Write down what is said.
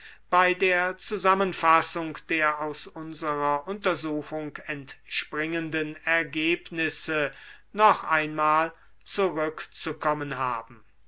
bei der zusammenfassung der aus unserer untersuchung entspringenden ergebnisse noch einmal zurückzukommen haben